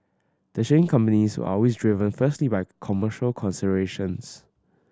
the shipping companies are always driven firstly by commercial considerations